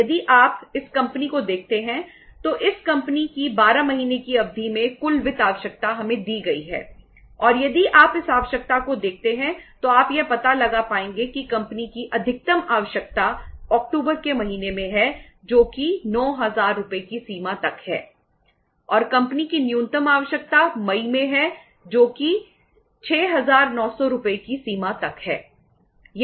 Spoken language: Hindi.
अब उसकी कंपनी को देखते हैं तो इस कंपनी की 12 महीने की अवधि में कुल वित्त आवश्यकता हमें दी गई है और यदि आप इस आवश्यकता को देखते हैं तो आप यह पता लगा पाएंगे कि कंपनी की अधिकतम आवश्यकता अक्टूबर के महीने में है जो कि 9000 रुपये की सीमा तक है और कंपनी की न्यूनतम आवश्यकता मई में है जो कि 6900 रुपये की सीमा तक है